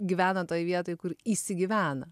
gyvena toj vietoj kur įsigyvena